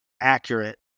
accurate